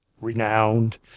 renowned